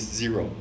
zero